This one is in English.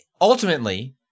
ultimately